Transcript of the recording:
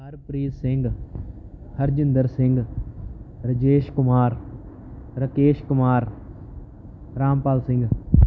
Harpreet Singh Harjinder Singh Rajesh Kumar Rakesh Kumar Rampal Singh